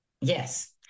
Yes